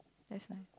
that's nice